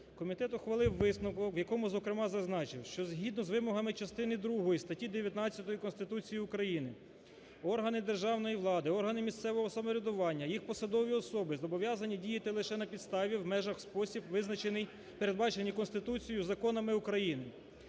Комітет ухвалив висновок, в якому, зокрема, зазначив, що, згідно з вимогами частини другої статті 19 Конституції України, органи державної влади, органи місцевого самоврядування, їх посадові особи зобов'язані діяти лише на підставі, в межах, в спосіб, визначений, передбачені Конституцією, законами України.